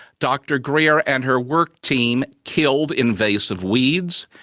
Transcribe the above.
dr greer and her work team killed invasive weeds,